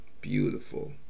Beautiful